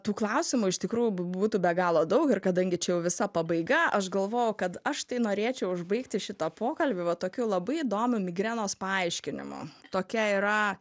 tų klausimų iš tikrųjų būtų be galo daug ir kadangi čia jau visa pabaiga aš galvoju kad aš tai norėčiau užbaigti šitą pokalbį va tokiu labai įdomiu migrenos paaiškinimu tokia yra